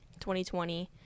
2020